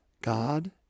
God